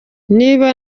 niba